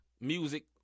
music